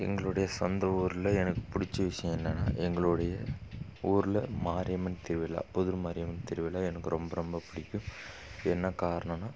எங்களுடைய சொந்த ஊரில் எனக்கு பிடிச்ச விஷயம் என்னன்னா எங்களுடைய ஊரில் மாரியம்மன் திருவிழா புதூர் மாரியம்மன் திருவிழா எனக்கு ரொம்ப ரொம்ப பிடிக்கும் என்ன காரணம்னா